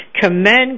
commend